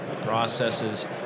processes